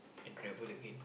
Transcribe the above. can travel again